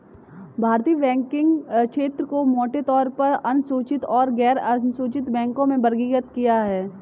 भारतीय बैंकिंग क्षेत्र को मोटे तौर पर अनुसूचित और गैरअनुसूचित बैंकों में वर्गीकृत किया है